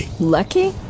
Lucky